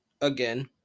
again